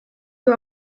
you